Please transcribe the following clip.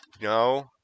No